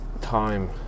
time